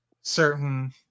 certain